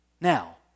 Now